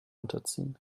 unterziehen